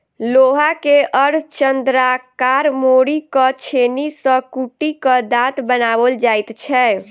लोहा के अर्धचन्द्राकार मोड़ि क छेनी सॅ कुटि क दाँत बनाओल जाइत छै